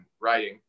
writing